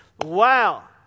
wow